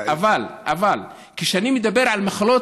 אבל כשאני מדבר על מחלות,